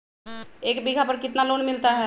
एक बीघा पर कितना लोन मिलता है?